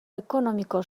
ekonomiko